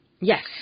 Yes